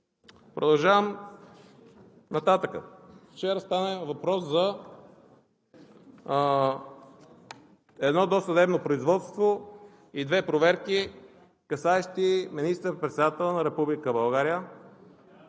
Продължавам нататък. Вчера стана въпрос за едно досъдебно производство и две проверки, касаещи министър-председателя на Република